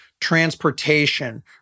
transportation